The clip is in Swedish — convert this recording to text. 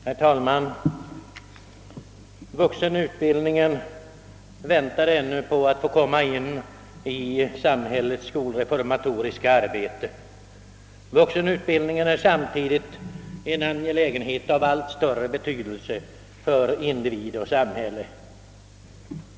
Herr talman! Vuxenutbildningen väntar ännu på att få komma in i samhällets skolreformatoriska arbete. Vuxenutbildningen är en angelägenhet av allt större betydelse för individ och samhälle.